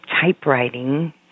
typewriting